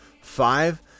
five